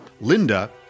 Linda